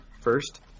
first